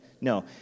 No